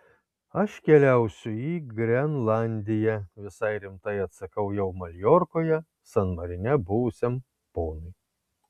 aš keliausiu į grenlandiją visai rimtai atsakau jau maljorkoje san marine buvusiam ponui